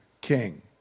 king